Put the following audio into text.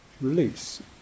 release